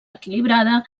equilibrada